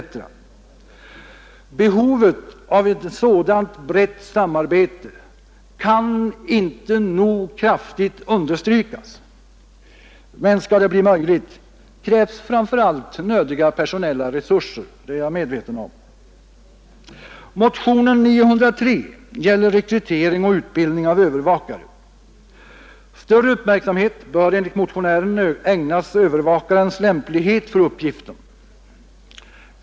Behovet av ett sådant brett samarbete kan inte nog understrykas, men skall det bli möjligt krävs framför allt nödiga personella resurser — det är jag medveten om. Motionen 903 gäller rekrytering och utbildning av övervakare. Större uppmärksamhet bör enligt motionären ägnas övervakarens lämplighet för uppgiften.